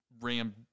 ram